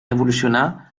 evolucionar